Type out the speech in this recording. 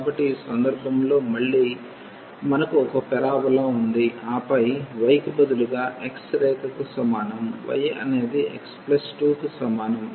కాబట్టి ఈ సందర్భంలో మళ్లీ మనకు ఒక పారాబోలా ఉంది ఆపై y కి బదులుగా x రేఖకి సమానం y అనేది x2 కి సమానం